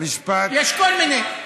יש כל מיני.